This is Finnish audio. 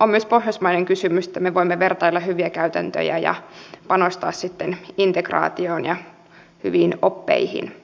on myös pohjoismainen kysymys että me voimme vertailla hyviä käytäntöjä ja panostaa sitten integraatioon ja hyviin oppeihin